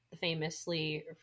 famously